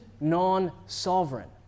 non-sovereign